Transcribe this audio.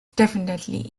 definitely